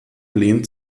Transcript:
lehnt